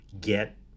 get